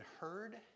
heard